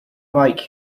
like